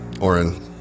Oren